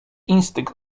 instynkt